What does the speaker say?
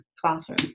classroom